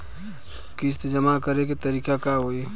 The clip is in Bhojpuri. किस्त जमा करे के तारीख का होई?